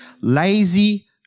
lazy